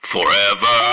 Forever